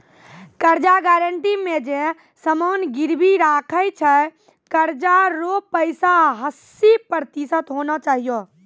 कर्जा गारंटी मे जे समान गिरबी राखै छै कर्जा रो पैसा हस्सी प्रतिशत होना चाहियो